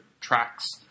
tracks